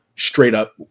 straight-up